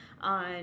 on